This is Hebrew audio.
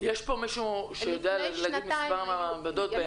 יש כאן מישהו שיודע להגיד מספר אמת של המעבדות?